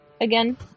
again